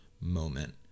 moment